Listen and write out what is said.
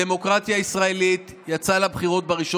הדמוקרטיה הישראלית יצאה לבחירות ב-1